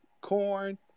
corn